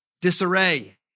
disarray